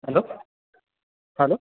hello hello